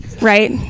Right